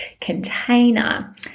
container